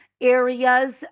areas